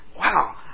Wow